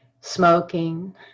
smoking